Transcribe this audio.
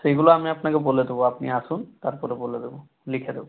সেইগুলো আমি আপনাকে বলে দেব আপনি আসুন তারপরে বলে দেব লিখে দেব